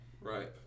Right